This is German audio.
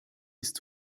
ist